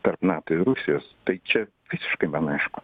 tarp nato ir rusijos tai čia visiškai man aišku